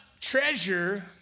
treasure